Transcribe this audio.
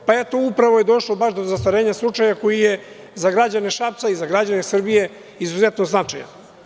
Upravo je došlo baš do zastarenja slučaja koji je za građane Šapca i za građane Srbije izuzetno značajan.